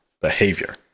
behavior